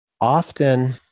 often